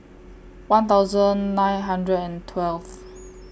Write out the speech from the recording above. one thousand nine hundred and twelve